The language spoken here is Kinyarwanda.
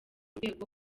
urwego